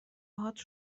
هات